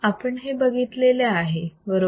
आपण हे बघितलेले आहे बरोबर